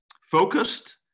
focused